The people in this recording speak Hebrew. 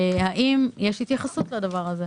האם יש התייחסות לדבר הזה?